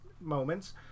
moments